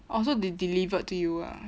orh so they delivered to you ah